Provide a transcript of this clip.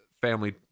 family